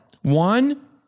One